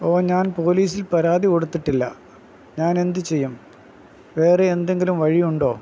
ഓ ഞാൻ പോലീസിൽ പരാതി കൊടുത്തിട്ടില്ല ഞാൻ എന്ത് ചെയ്യും വേറെ എന്തെങ്കിലും വഴിയുണ്ടോ